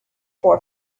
for